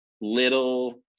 little